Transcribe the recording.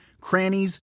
crannies